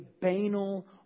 banal